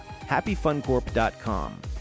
HappyFunCorp.com